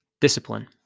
discipline